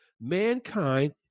mankind